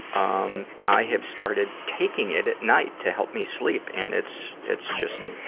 um, i have started taking it at night to help me sleep, and it's, it's just,